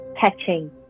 catching